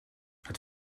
het